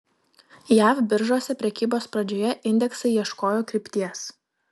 jav biržose prekybos pradžioje indeksai ieškojo krypties